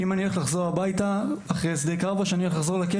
ואני לא יודע אם אני הולך לחזור משדה קרב הביתה או ללכת לכלא.